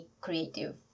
creative